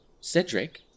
Cedric